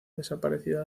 desaparecida